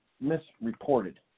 misreported